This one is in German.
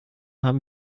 haben